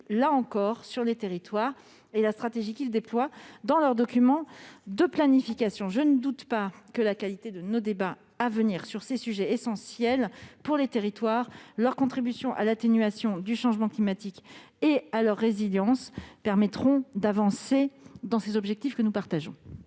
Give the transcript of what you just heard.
là encore, sur les territoires et la stratégie qu'ils déploient dans leurs documents de planification. Je ne doute pas que la qualité de nos débats à venir sur ces sujets essentiels pour les territoires et leur contribution à l'atténuation du changement climatique et à la résilience permettront d'avancer vers ces objectifs que nous partageons.